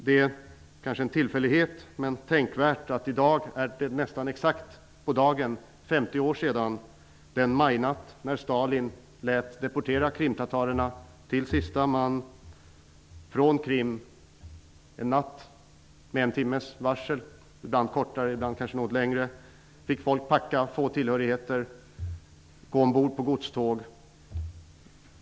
Det är kanske en tillfällighet men tänkvärt att det i dag är nästan exakt på dagen 50 år sedan den majnatt då Stalin till sista man lät deportera krimtatarerna från Krim. Med en timmes varsel -- ibland kortare, ibland kanske något längre -- fick människor packa få tillhörigheter och gå ombord på godståg.